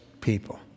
people